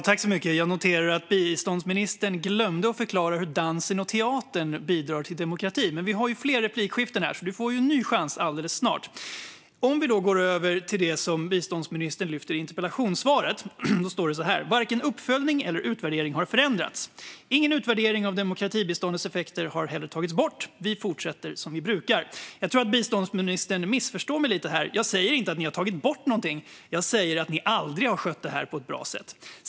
Fru talman! Jag noterar att biståndsministern glömde att förklara hur dansen och teatern bidrar till demokrati. Men vi har fler inlägg här, så du får en ny chans alldeles snart. Jag går nu över till det som biståndsministern säger i interpellationssvaret: Varken uppföljning eller utvärdering har förändrats. Ingen utvärdering av demokratibiståndets effekter har heller tagits bort. Vi fortsätter som vi brukar. Jag tror att biståndsministern missförstår mig lite här. Jag säger inte att ni har tagit bort någonting. Jag säger att ni aldrig har skött det här på ett bra sätt.